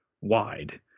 wide